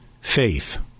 Faith